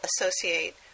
associate